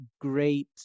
great